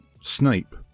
Snape